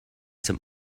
some